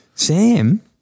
Sam